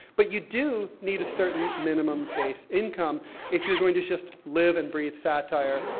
but you do need a certain minimum base income if you're going to just live and breathe satire,